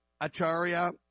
Acharya